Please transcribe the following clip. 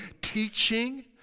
teaching